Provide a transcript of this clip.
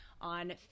on